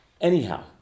Anyhow